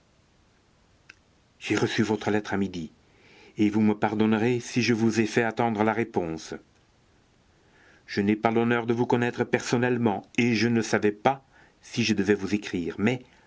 j'ai reçu votre lettre à midi et vous me pardonnerez si je vous ai fait attendre la réponse je n'ai pas l'honneur de vous connaître personnellement et je ne savais pas si je devais vous écrire mais